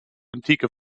antike